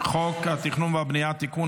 חוק התכנון והבנייה (תיקון,